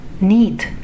need